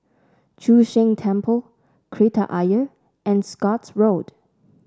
Chu Sheng Temple Kreta Ayer and Scotts Road